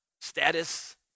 status